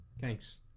Thanks